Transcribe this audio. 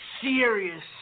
serious